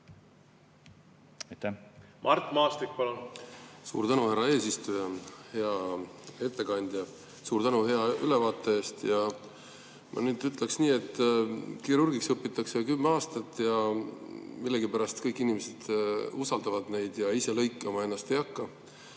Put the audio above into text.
Mart Maastik, palun!